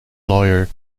lawyer